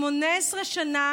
18 שנה,